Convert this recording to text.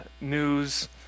news